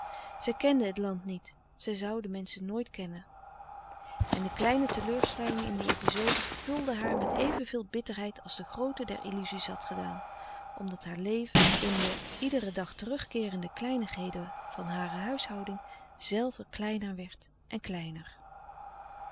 zij kende het land niet zij zoû de menschen nooit kennen en de kleine teleurstelling in die epizoden vulde haar met evenveel bitterheid als de groote der illuzies had gedaan omdat haar leven in de iederen dag terugkeerende kleinigheden van hare huishouding zelve kleiner werd en kleiner